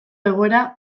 egoera